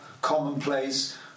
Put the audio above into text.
commonplace